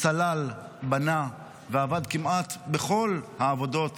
סלל, בנה, ועבד כמעט בכל העבודות